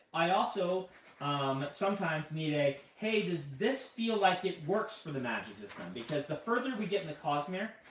i also sometimes need a hey, does this feel like it works for the magic system. because the further we get in the cosmere,